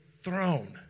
throne